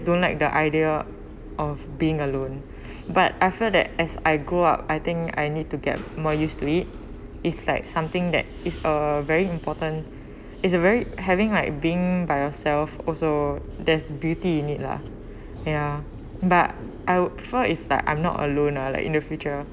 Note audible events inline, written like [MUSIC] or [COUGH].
don't like the idea of being alone [BREATH] but I felt that as I grow up I think I need to get more used to it is like something that is a very important is a very having like being by yourself also there's beauty in it lah ya but I would prefer if like I'm not alone lah like in the future